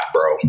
bro